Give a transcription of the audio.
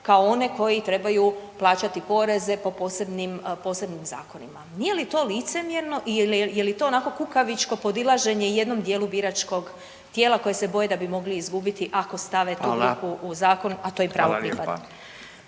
kao one koji trebaju plaćati poreze po posebnim zakonima. Nije li to licemjerno i je li to onako kukavičko podilaženje jednom dijelu biračkog tijela koji se boje da bi mogli izgubiti ako stave tu odluku u zakon, a to im pravo pripada.